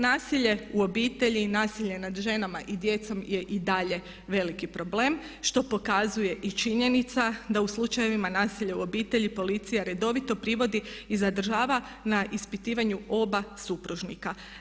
Nasilje u obitelji i nasilje nad ženama i djecom je i dalje veliki problem što pokazuje i činjenica da u slučajevima nasilja u obitelji policija redovito privodi i zadržava na ispitivanju oba supružnika.